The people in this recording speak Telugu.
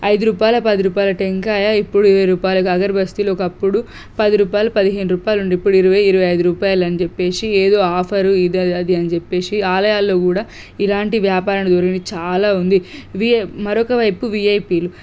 ఐదు రూపాయల పది రూపాయల టెంకాయ ఇప్పుడు ఇరవై రూపాయలు అగరబస్తీలు ఒకప్పుడు పది రూపాయలు పదిహేను రూపాయలు ఉండే ఇప్పుడు ఇరవై ఇరవై ఐదు రూపాయలని చెప్పేసి ఏదో ఆఫర్ ఇది అది అని చెప్పేసి ఆలయాల్లో కూడా ఇలాంటి వ్యాపారణ ధోరణి చాలా ఉంది వి మరొక వైపు విఐపీలు